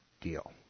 deal